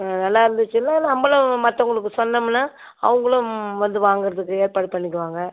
ஆ நல்லா இருந்துச்சுன்னா நம்மளும் மற்றவங்களுக்கு சொன்னம்னா அவங்களும் வந்து வாங்குறதுக்கு ஏற்பாடு பண்ணிக்குவாங்க